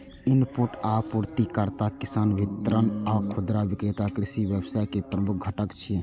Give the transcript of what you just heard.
input आपूर्तिकर्ता, किसान, वितरक आ खुदरा विक्रेता कृषि व्यवसाय के प्रमुख घटक छियै